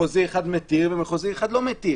בית משפט מחוזי אחד מתיר ובית משפט מחוזי אחר לא מתיר,